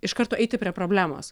iš karto eiti prie problemos